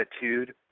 attitude